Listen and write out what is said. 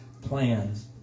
plans